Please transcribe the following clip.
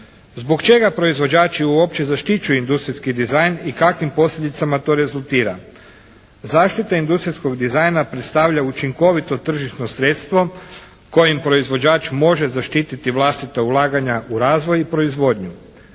Zbog čega proizvođači uopće zaštićuju industrijski dizajn i kakvim posljedicama to rezultira. Zaštita industrijskog dizajna predstavlja učinkovito tržišno sredstvo kojim proizvođač može zaštititi vlastita ulaganja u razvoj i proizvodnju.